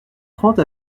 trente